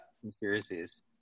conspiracies